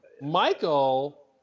michael